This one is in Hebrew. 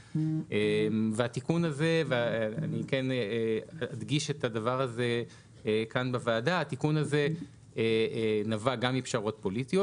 אני אדגיש בפני הוועדה שהתיקון הזה נבע גם מפשרות פוליטיות